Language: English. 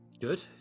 Good